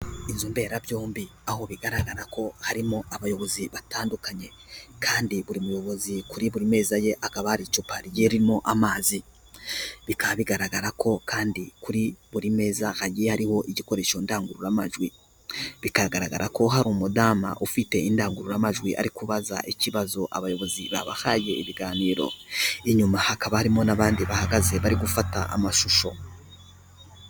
Inzu mberabyombi aho bigaragara ko harimo abayobozi batandukanye kandi buri muyobozi kuri buri meza ye akaba hari icupa ry,amazi bikaba bigaragara ko kandi kuri buri meza hagiye ariho igikoresho ndangururamajwi bikagaragara ko hari umudamu ufite indangururamajwi ari kubaza ikibazo abayobozi babahaye ibiganiro inyuma hakaba harimo n'abandi bahagaze bari gufata amashusho.